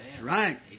Right